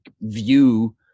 view